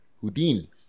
Houdini